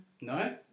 No